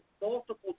multiple